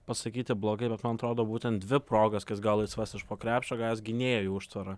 pasakyti blogai bet man atrodo būtent dvi progas kokias gal laisvas iš po krepšio gavęs gynėjų užtvarą